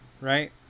Right